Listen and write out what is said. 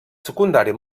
secundari